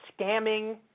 scamming